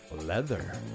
leather